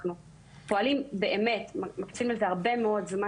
אנחנו באמת פועלים ומקצים לזה הרבה מאוד זמן